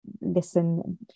listen